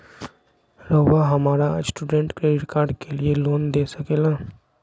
रहुआ हमरा student credit card के लिए लोन दे सके ला?